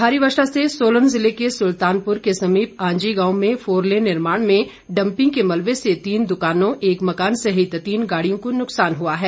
भारी वर्षा से सोलन ज़िले के सुलतानपुर के समीप आंजी गांव में फोरलेन निर्माण में डंपिंग के मलबे से तीन दुकानों एक मकान सहित तीन गाड़ियों को नुकसान हुआ है